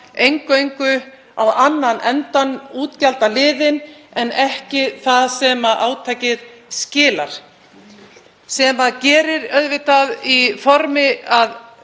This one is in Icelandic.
að horfa á annan endann, útgjaldaliðinn, en ekki á það sem átakið skilar, sem það gerir auðvitað í formi